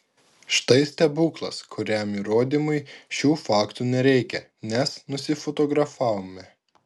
štai stebuklas kuriam įrodymui šių faktų nereikia nes nusifotografavome